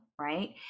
right